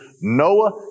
Noah